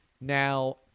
Now